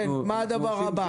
כן, מה הדבר הבא?